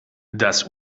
das